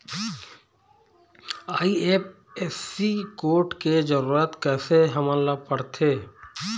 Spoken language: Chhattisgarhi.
आई.एफ.एस.सी कोड के जरूरत कैसे हमन ला पड़थे?